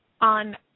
on